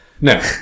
no